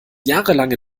jahrelange